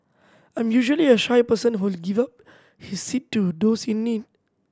I'm usually a shy person who will give up his seat to those in need